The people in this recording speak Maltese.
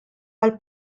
għall